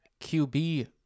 QB